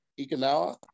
Ikenawa